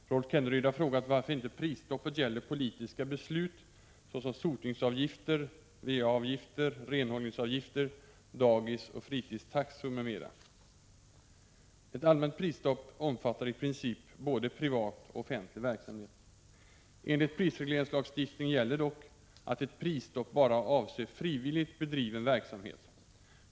Herr talman! Rolf Kenneryd har frågat varför inte prisstoppet gäller politiska beslut såsom sotningsavgifter, va-avgifter, renhållningsavgifter, dagisoch fritidstaxor m.m. Ett allmänt prisstopp omfattar i princip både privat och offentlig verksamhet. Enligt prisregleringslagstiftningen gäller dock att ett prisstopp bara avser frivilligt bedriven verksamhet.